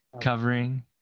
covering